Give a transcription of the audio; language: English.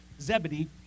Zebedee